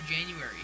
January